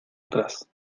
atrás